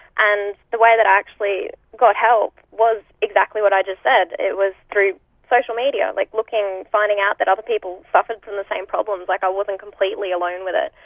and the way that i actually got help was exactly what i just said, it was through social media, like looking, finding out that other people suffered from the same problems, like i wasn't completely alone with it.